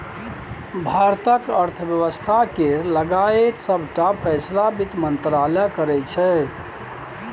भारतक अर्थ बेबस्था केर लगाएत सबटा फैसला बित्त मंत्रालय करै छै